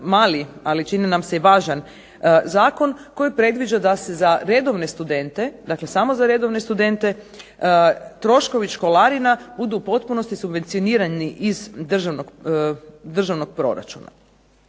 ali čini nam se i važan zakon koji predviđa da se za redovne studente, dakle samo za redovne studente troškovi školarina budu u potpunosti subvencionirani iz državnog proračuna.